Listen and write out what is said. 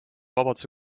vabaduse